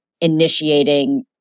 initiating